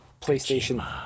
PlayStation